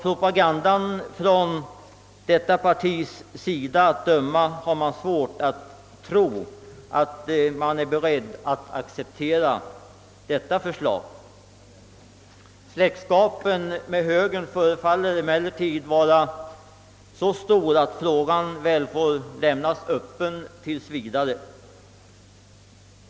Propagandan från detta parti gör att det är svårt att tro att man är beredd att acceptera detta förslag. Släktskapen med högern förefaller dock vara så stor att frågan väl får lämnas öppen tills vidare.